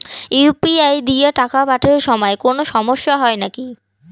UPI দিয়া টাকা পাঠের সময় কোনো সমস্যা হয় নাকি?